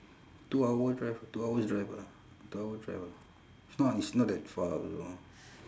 two hour drive two hours drive ah two hour drive ah it's not it's not that far also